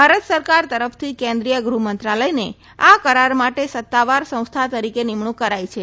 ભારત સરકાર તરફથી કેન્દ્રીય ગૃહમંત્રાલયને આ કરાર માટે સત્તાવર સંસ્થા તરીકે નિમણૂક કરાઈ છે